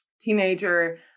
teenager